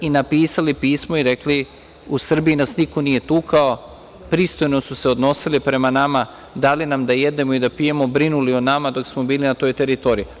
Napisali su pismo i rekli – u Srbiji nas niko nije tukao, pristojno su se odnosili prema nama, dali nam da jedemo i da pijemo, brinuli o nama dok smo bili na toj teritoriji.